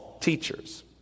teachers